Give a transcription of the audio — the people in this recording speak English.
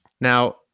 Now